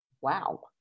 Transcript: Wow